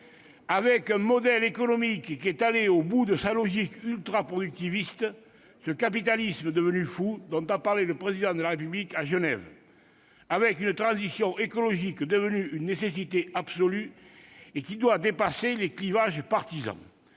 Le modèle économique est allé au bout de sa logique ultraproductiviste, ce « capitalisme devenu fou » dont a parlé le Président de la République à Genève. La transition écologique est devenue une nécessité absolue, qui doit dépasser les clivages partisans